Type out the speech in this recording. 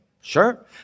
sure